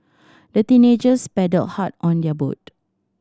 the teenagers paddled hard on their boat